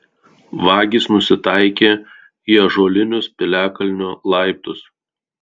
vagys nusitaikė į ąžuolinius piliakalnio laiptus